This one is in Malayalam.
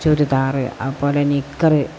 ചുരിദാര് അതുപോലെ നിക്കര്